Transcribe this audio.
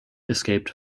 escaped